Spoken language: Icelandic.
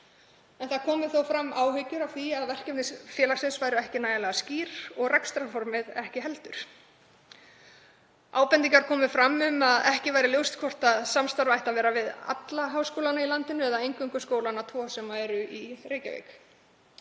Þó komu fram áhyggjur af því að verkefni félagsins væru ekki nægjanlega skýr og rekstrarformið ekki heldur. Ábendingar komu einnig fram um að ekki væri ljóst hvort samstarf ætti að vera við alla háskóla í landinu eða eingöngu skólana tvo sem eru í Reykjavík.